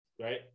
right